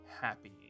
happy